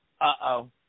Uh-oh